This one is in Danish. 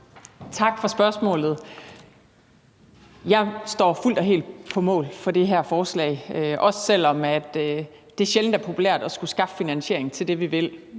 Tak for spørgsmålet. Jeg står fuldt og helt på mål for det her forslag, også selv om det sjældent er populært at skulle skaffe finansiering til det, vi vil.